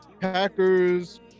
Packers